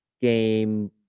game